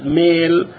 male